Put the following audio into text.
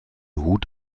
hut